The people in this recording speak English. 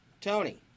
Tony